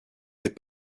des